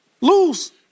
lose